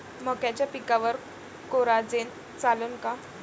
मक्याच्या पिकावर कोराजेन चालन का?